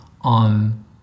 on